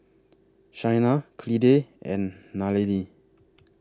Chynna Clide and Nallely